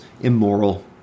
immoral